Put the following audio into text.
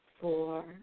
four